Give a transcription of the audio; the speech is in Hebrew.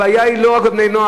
הבעיה היא לא רק אצל בני-נוער.